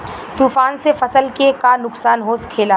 तूफान से फसल के का नुकसान हो खेला?